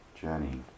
journey